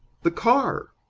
the car!